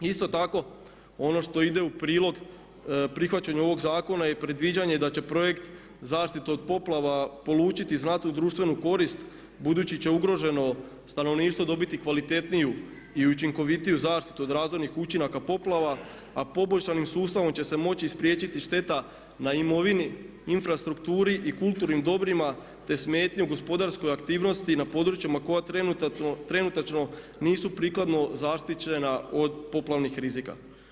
Isto tako, ono što ide u prilog prihvaćanju ovog zakona je predviđanje da će projekt zaštite od poplava polučiti znatnu društvenu korist budući će ugroženo stanovništvo dobiti kvalitetniju i učinkovitiju zaštitu od razvojnih učinaka poplava, a poboljšanim sustavom će se moći spriječiti šteta na imovini, infrastrukturi i kulturnim dobrima, te smetnju u gospodarskoj aktivnosti na područjima koja trenutačno nisu prikladno zaštićena od poplavnih rizika.